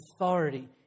authority